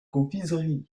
confiserie